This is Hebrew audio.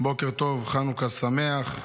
בוקר טוב, חנוכה שמח.